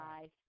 Bye